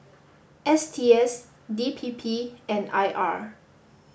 S T S D P P and I R